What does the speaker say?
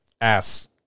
ass